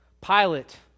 Pilate